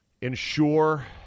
ensure